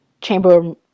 chamber